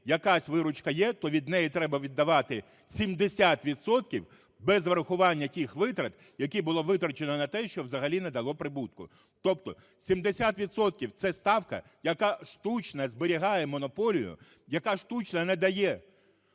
якась виручка є, то від неї треба віддавати 70 відсотків без врахування тих витрат, які було витрачено на те, що взагалі не дало прибутку. Тобто 70 відсотків – це ставка, яка штучно зберігає монополію, яка штучно не дає